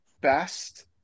best